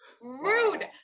rude